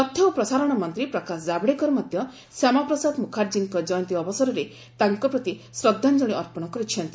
ତଥ୍ୟ ଓ ପ୍ରସାରଣ ମନ୍ତ୍ରୀ ପ୍ରକାଶ ଜାଭେଡକର ମଧ୍ୟ ଶ୍ୟାମାପ୍ରସାଦ ମୁଖାର୍ଜୀଙ୍କ ଜୟନ୍ତୀ ଅବସରରେ ତାଙ୍କ ପ୍ରତି ଶ୍ରଦ୍ଧାଞ୍ଜଳି ଅର୍ପଣ କରିଛନ୍ତି